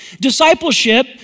discipleship